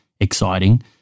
exciting